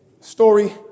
Story